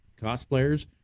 cosplayers